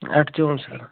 ଆଠ ଜଣ ସାଡ଼